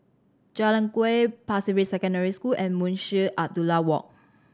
Jalan Kuak Pasir Ris Secondary School and Munshi Abdullah Walk